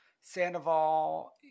Sandoval